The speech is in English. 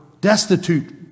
destitute